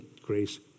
grace